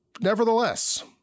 nevertheless